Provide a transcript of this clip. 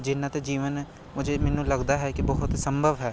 ਜਿਨ੍ਹਾਂ 'ਤੇ ਜੀਵਨ ਮੈਨੂੰ ਲੱਗਦਾ ਹੈ ਕਿ ਬਹੁਤ ਸੰਭਵ ਹੈ